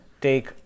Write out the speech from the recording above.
take